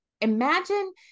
Imagine